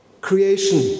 creation